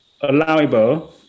allowable